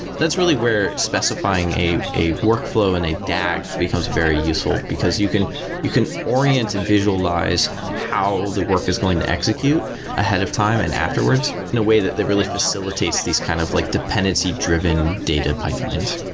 that's really where specifying a a workflow in a dag becomes very useful, because you can you can orient and visualize how the work is going to execute ahead of time and afterwards in a way that really facilitates this kind of like dependency-driven data pipelines.